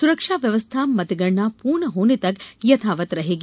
सुरक्षा व्यवस्था मतगणना पूर्ण होने तक यथावत रहेगी